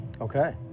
Okay